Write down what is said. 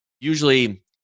usually